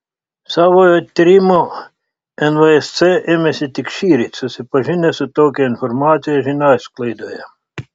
savojo tyrimo nvsc ėmėsi tik šįryt susipažinę su tokia informacija žiniasklaidoje